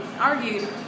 argued